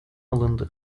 alındı